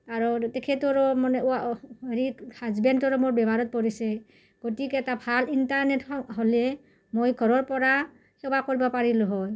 আৰু তেখেতৰো মানে হেৰি হাজবেণ্ডৰো মোৰ বেমাৰত পৰিছে গতিকে এটা ভাল ইণ্টাৰনেট হ'লে মই ঘৰৰ পৰা সেৱা কৰিব পাৰিলোঁ হয়